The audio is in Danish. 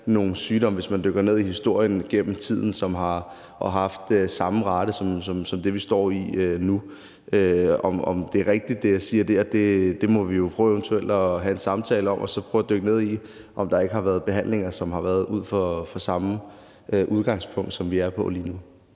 nogle sygdomme, hvis man dykker ned i historien, der gennem tiden har haft samme rate som det, vi står i nu. Om det, jeg siger dér, er rigtigt, må vi jo eventuelt have en samtale om, og så må vi prøve at dykke ned i, om der ikke har været behandlinger, som har været ud fra samme udgangspunkt, som vi er i lige nu.